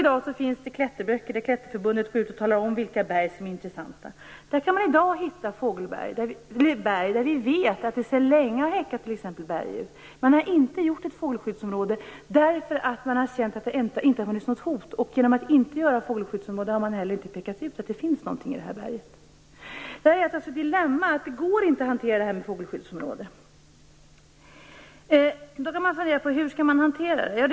Det finns i dag böcker i vilka Klätterförbundet går ut och talar om vilka berg som är intressanta. Där kan man i dag hitta berg där vi vet att t.ex. berguv sedan länge har häckat. Man har inte gjort ett fågelskyddsområde därför att man har känt att det inte har funnits något hot. Och genom att man inte har gjort något fågelskyddsområde har man inte heller pekat ut att det finns något i detta berg. Det är alltså ett dilemma att det inte går att hantera fågelskyddsområdena. Då kan man fundera över hur man skall hantera detta.